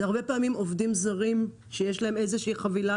הרבה פעמים אלה עובדים זרים שיש להם איזושהי חבילה,